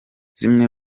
zimwe